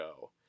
go